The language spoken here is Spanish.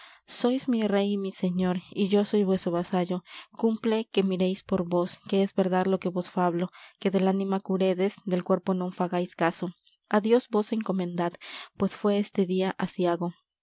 sois mi rey y mi señor y yo soy vueso vasallo cumple que miréis por vos que es verdad lo que vos fablo que del ánima curedes del cuerpo non fagáis caso á dios vos encomendad pues fué este día aciago